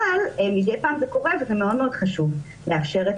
אבל מידי פעם זה קורה וזה מאוד חשוב לאפשר את